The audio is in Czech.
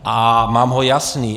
A mám ho jasný.